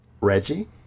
reggie